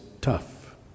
tough